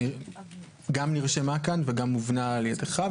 גם נרשמה כאן וגם הובנה על ידך.